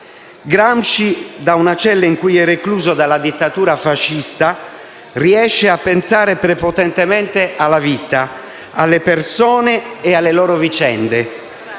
mondo». Da una cella in cui è recluso dalla dittatura fascista, Gramsci riesce a pensare prepotentemente alla vita, alle persone e alle loro vicende.